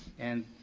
and,